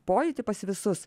pojūtį pas visus